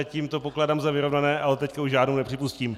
Tím to pokládám za vyrovnané, ale teď už žádnou nepřipustím.